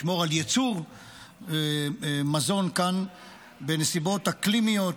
לשמור על ייצור מזון כאן בנסיבות אקלימיות,